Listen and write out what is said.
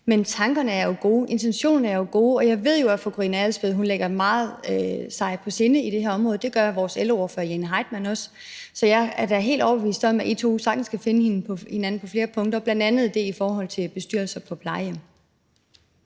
Men tankerne er jo gode; intentionerne er jo gode. Og jeg ved jo, at fru Karina Adsbøl lægger sig det her område meget på sinde. Det gør vores ældreordfører, fru Jane Heitmann, også. Så jeg er da helt overbevist om, at I to sagtens kan finde hinanden på flere punkter, bl.a. i forhold til bestyrelser på plejehjem.